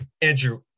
Andrew